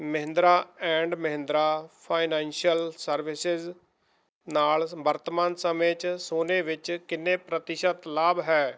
Mahindra and Mahindra financial services ਨਾਲ ਵਰਤਮਾਨ ਸਮੇਂ 'ਚ ਸੋਨੇ ਵਿੱਚ ਕਿੰਨੇ ਪ੍ਰਤੀਸ਼ਤ ਲਾਭ ਹੈ